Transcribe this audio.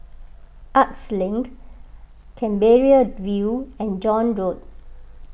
Arts Link Canberra View and John Road